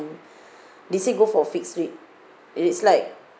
they say go for fixed rate it is like